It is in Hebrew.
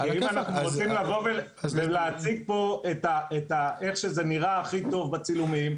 כי אם אנחנו רוצים לבוא ולהציג פה איך שזה נראה הכי טוב בצילומים,